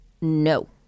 No